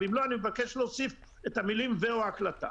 ואם לא, אני מבקש להוסיף את המילים: ו/או הקלטה.